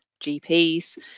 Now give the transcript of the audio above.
GPs